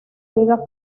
liga